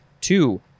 Two